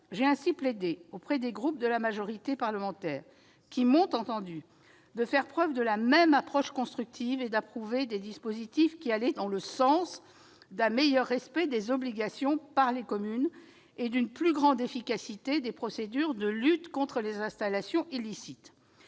J'ai ainsi plaidé auprès des groupes de la majorité parlementaire, qui m'ont entendue, afin qu'ils fassent preuve de la même approche constructive et approuvent des dispositifs qui allaient dans le sens d'un meilleur respect des obligations par les communes et d'une plus grande efficacité des procédures de lutte contre les installations illicites.